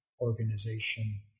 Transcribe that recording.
organization